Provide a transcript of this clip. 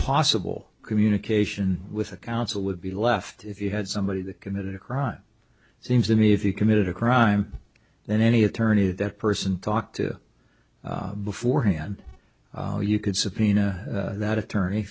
possible communication with a counsel would be left if you had somebody that committed a crime seems to me if you committed a crime then any attorney that person talked to beforehand you could subpoena that attorney